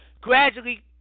gradually